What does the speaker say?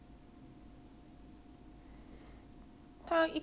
它一个两两三个月才冲一次的